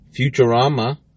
Futurama